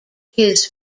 his